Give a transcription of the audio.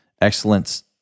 excellence